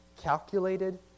calculated